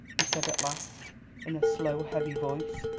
he said at last in a slow heavy voice.